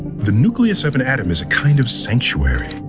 the nucleus of an atom is kind of sanctuary.